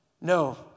No